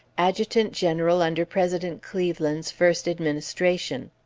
adjutant-general under president cleveland's first administration.